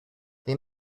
they